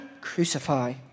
crucify